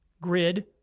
grid